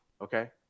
okay